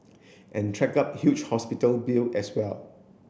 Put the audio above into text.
and track up huge hospital bill as well